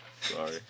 Sorry